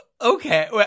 Okay